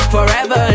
Forever